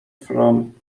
from